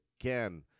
Again